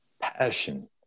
passion